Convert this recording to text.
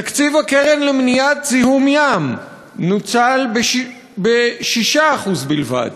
תקציב הקרן למניעת זיהום ים נוצל ב-6% בלבד.